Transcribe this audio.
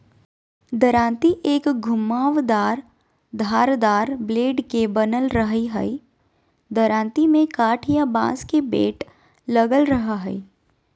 दरांती एक घुमावदार धारदार ब्लेड के बनल रहई हई दरांती में काठ या बांस के बेट लगल रह हई